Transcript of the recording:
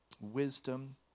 wisdom